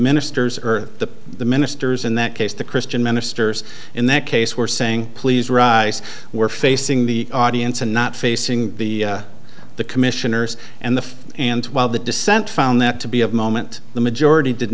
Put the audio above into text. ministers or the ministers in that case the christian ministers in that case were saying please rise were facing the audience and not facing the the commissioners and the and while the dissent found that to be of moment the majority did